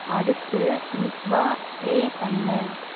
அடுத்து மித்வா பிளே பண்ணு